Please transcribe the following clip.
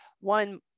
one